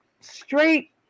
straight